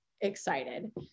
excited